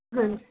ਹਾਂਜੀ